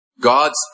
God's